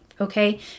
Okay